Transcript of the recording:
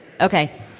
Okay